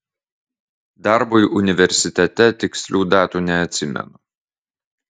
darbui universitete tikslių datų neatsimenu